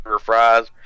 fries